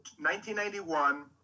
1991